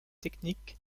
techniques